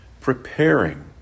Preparing